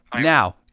Now